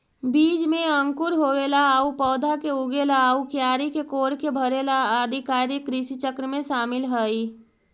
बीज में अंकुर होवेला आउ पौधा के उगेला आउ क्यारी के कोड़के भरेला आदि कार्य कृषिचक्र में शामिल हइ